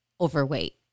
overweight